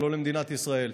אבל לא למדינת ישראל.